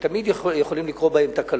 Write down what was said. תמיד יכולות לקרות בהם תקלות.